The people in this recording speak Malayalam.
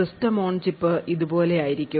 സിസ്റ്റം ഓൺ ചിപ്പ് ഇതുപോലെയായിരിക്കും